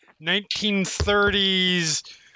1930s